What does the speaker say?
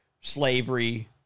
slavery